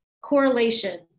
correlation